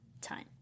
time